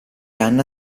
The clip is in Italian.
anna